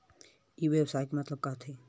ई व्यवसाय के मतलब का होथे?